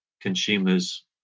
consumers